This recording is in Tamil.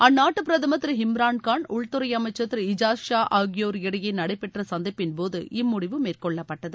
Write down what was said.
அந்நாட்டு பிரதமா் திரு இம்ரான்கான் உள்துறை அமைச்ச் திரு இஜாஸ் ஷா ஆகியோர் இடையே நடைபெற்ற சந்திப்பின் போது இம்முடிவு மேற்கொள்ளப்பட்டது